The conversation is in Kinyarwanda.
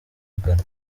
agana